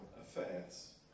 affairs